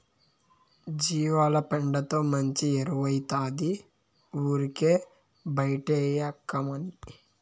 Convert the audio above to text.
జీవాల పెండతో మంచి ఎరువౌతాది ఊరికే బైటేయకమ్మన్నీ